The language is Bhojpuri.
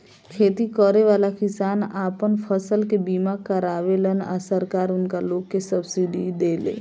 खेती करेवाला किसान आपन फसल के बीमा करावेलन आ सरकार उनका लोग के सब्सिडी देले